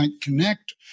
connect